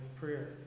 prayer